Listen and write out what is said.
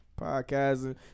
podcasting